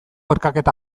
erkaketa